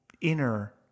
inner